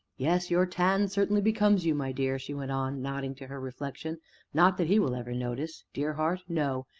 yes, your tan certainly becomes you, my dear, she went on, nodding to her reflection not that he will ever notice dear heart, no!